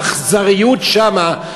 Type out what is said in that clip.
האכזריות שם,